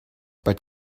but